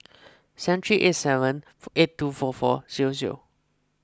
seven three eight seven eight two four four zero zero